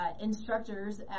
instructors